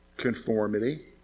conformity